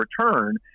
return